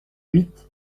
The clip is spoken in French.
huit